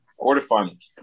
quarterfinals